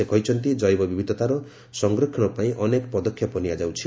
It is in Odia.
ସେ କହିଛନ୍ତି ଜୈବ ବିବିଧତାର ସଂରକ୍ଷଣ ପାଇଁ ଅନେକ ପଦକ୍ଷେପ ନିଆଯାଉଛି